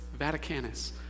Vaticanus